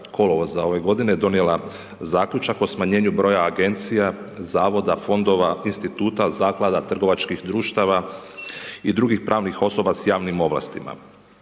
kolovoza ove godine, donijela zaključak o smanjenju broja Agencija, Zavoda, Fondova, Instituta, Zaklada, trgovačkih društava i drugih pravnih osoba sa javnim ovlastima,